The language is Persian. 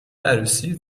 عروسی